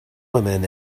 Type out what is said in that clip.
women